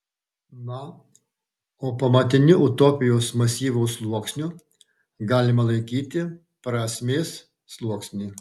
na o pamatiniu utopijos masyvo sluoksniu galima laikyti prasmės sluoksnį